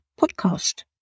podcast